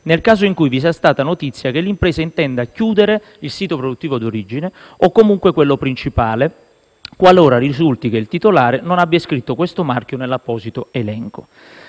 nel caso in cui vi sia stata notizia che l'impresa intenda chiudere il sito produttivo di origine o comunque quello principale, qualora risulti che il titolare non abbia iscritto questo marchio nell'apposito elenco.